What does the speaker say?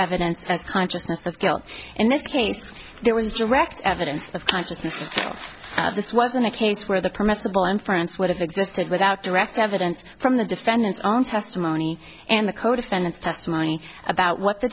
evidence as consciousness of guilt in this case there was direct evidence of consciousness this wasn't a case where the permissible inference would have existed without direct evidence from the defendant's own testimony and the codefendant testimony about what the